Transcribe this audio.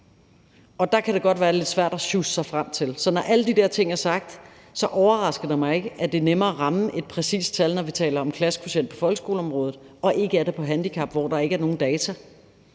og det kan det godt være lidt svært at sjusse sig frem til. Så når alle de her ting er sagt, overrasker det mig ikke, at det er nemmere at ramme et præcist tal, når vi taler klassekvotient på folkeskoleområdet, end det er på handicapområdet, hvor der ikke er nogen data.